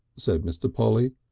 said mr. polly.